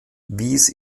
wies